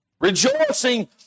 Rejoicing